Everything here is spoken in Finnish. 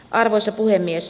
arvoisa puhemies